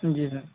جی سر